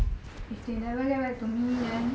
if they never get back to me then